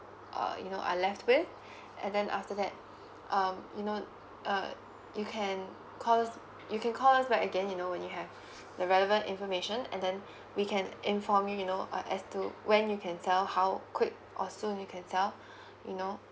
uh you know are I left with and then after that um you know uh you can call us you can call us back again you know when you have you know the relevant information and then we can inform you you know uh as to when you can sell how quick or soon you can sell you know